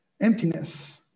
emptiness